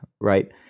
right